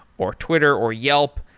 or twitter, or yelp,